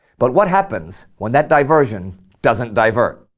but what happens when that diversion doesn't divert?